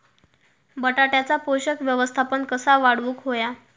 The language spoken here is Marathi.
बटाट्याचा पोषक व्यवस्थापन कसा वाढवुक होया?